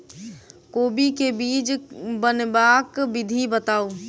कोबी केँ बीज बनेबाक विधि बताऊ?